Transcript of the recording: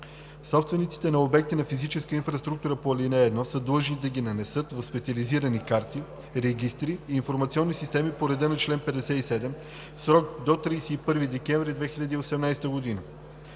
Собствениците на обекти на физическата инфраструктура по ал. 1 са длъжни да ги нанесат в специализирани карти, регистри и информационни системи по реда на чл. 57 в срок до 31 декември 2018 г.